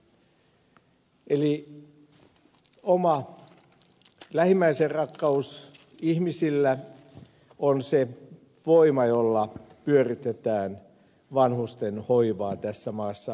eli oma lähimmäisenrakkaus ihmisillä on se voima jolla pyöritetään vanhustenhoivaa tässä maassa aika pitkälti